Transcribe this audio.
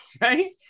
right